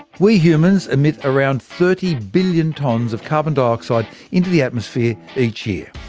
we humans emit around thirty billion tonnes of carbon dioxide into the atmosphere each year.